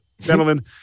Gentlemen